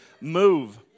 move